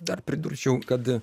dar pridurčiau kad